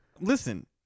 Listen